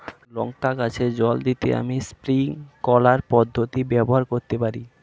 লঙ্কা গাছে জল দিতে আমি স্প্রিংকলার পদ্ধতি ব্যবহার করতে পারি?